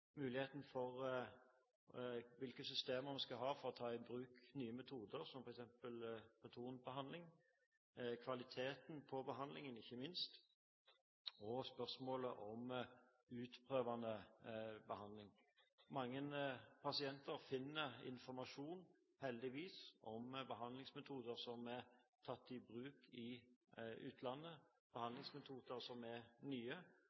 hvilke systemer vi skal ha for å ta i bruk nye metoder, som f.eks. protonbehandling, kvaliteten på behandlingen ikke minst, og spørsmålet om utprøvende behandling. Mange pasienter finner heldigvis informasjon om behandlingsmetoder som er tatt i bruk i utlandet, behandlingsmetoder som er nye,